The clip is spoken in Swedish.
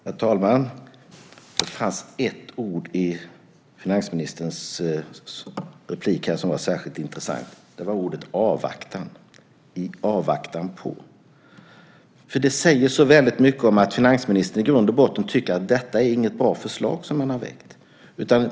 Herr talman! Det fanns ett ord i finansministerns inlägg här som var särskilt intressant. Det var ordet "avvaktan", i avvaktan på. Det säger så mycket om att finansministern i grund och botten tycker att detta inte är något bra förslag.